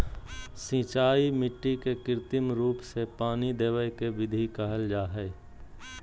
सिंचाई मिट्टी के कृत्रिम रूप से पानी देवय के विधि के कहल जा हई